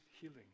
healing